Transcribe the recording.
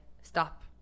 stop